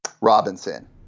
Robinson